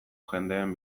jendeen